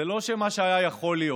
זה לא שמה שהיה יכול להיות.